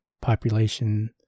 population